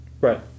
Right